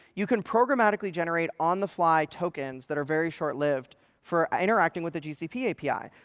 you can programmatically generate on-the-fly tokens that are very short lived for interacting with the gcp api,